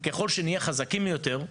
ככל שנהיה חזקים יותר,